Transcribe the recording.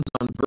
on